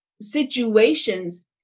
situations